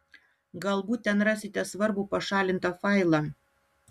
galbūt ten rasite svarbų pašalintą failą